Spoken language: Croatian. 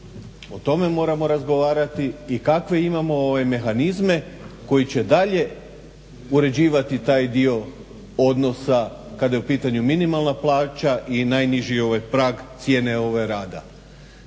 O tome moramo razgovarati i kakve imamo mehanizme koji će dalje uređivati taj dio odnosa kada je u pitanju minimalna plaća i najniži prag cijene rada.